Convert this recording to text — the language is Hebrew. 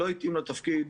הוא לא התאים לתפקיד.